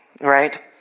Right